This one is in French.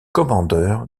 commandeur